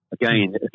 Again